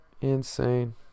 Insane